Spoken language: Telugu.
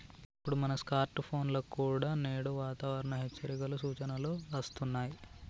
ఇప్పుడు మన స్కార్ట్ ఫోన్ల కుండా నేడు వాతావరణ హెచ్చరికలు, సూచనలు అస్తున్నాయి